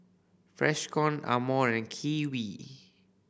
Freshkon Amore and Kiwi